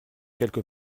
quelque